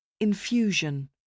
Infusion